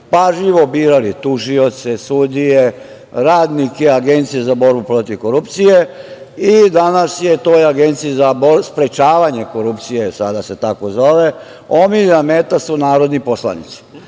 pažljivo birali tužioce, sudije, radnike Agencije za borbu protiv korupcije. Danas je toj Agenciji za sprečavanje korupcije, sada se tako zove, omiljena meta su narodni poslanici. Dakle,